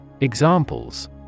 Examples